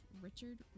richard